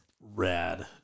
rad